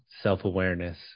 self-awareness